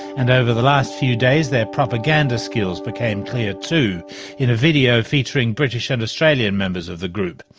and over the last few days their propaganda skills became clear too in a video featuring british and australian members of the group.